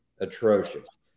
atrocious